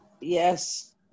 Yes